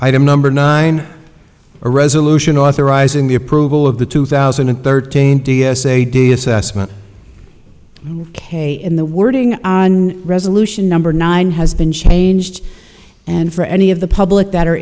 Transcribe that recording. item number nine a resolution authorizing the approval of the two thousand and thirteen d s a day assessment k in the wording on resolution number nine has been changed and for any of the public that are